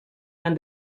and